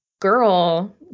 girl